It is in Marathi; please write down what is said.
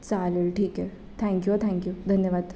चालेल ठीक आहे थँक्यू हा थँक्यू धन्यवाद